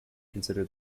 consider